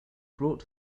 brought